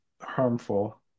harmful